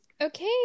Okay